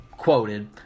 Quoted